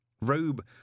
Robe